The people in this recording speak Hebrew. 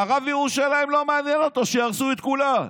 מערב ירושלים לא מעניינת אותו, שיהרסו את כולה,